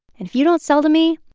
and if you don't sell to me,